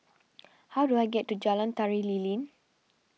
how do I get to Jalan Tari Lilin